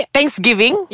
Thanksgiving